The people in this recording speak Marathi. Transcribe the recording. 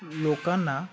लोकांना